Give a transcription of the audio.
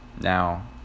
now